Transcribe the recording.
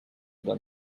dann